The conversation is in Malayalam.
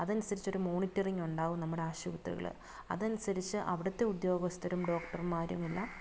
അതനുസരിച്ചൊരു മോണിറ്ററിങ്ങ് ഉണ്ടാവും നമ്മുടെ ആശുപത്രികള് അതനുസരിച്ചു അവിടുത്തെ ഉദ്യോഗസ്ഥരും ഡോക്ടർമാരുമെല്ലാം